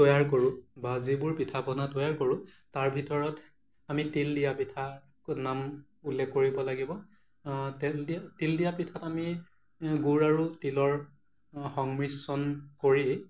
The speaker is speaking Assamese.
তৈয়াৰ কৰোঁ বা যিবোৰ পিঠা পনা তৈয়াৰ কৰোঁ তাৰ ভিতৰত আমি তিল দিয়া পিঠা নাম উল্লেখ কৰিব লাগিব তেল দিয়া তিল দিয়া পিঠাত আমি গুড় আৰু তিলৰ সংমিশ্ৰণ কৰি